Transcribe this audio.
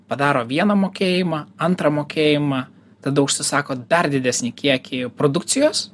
padaro vieną mokėjimą antrą mokėjimą tada užsisako dar didesnį kiekį produkcijos